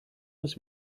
was